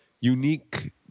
unique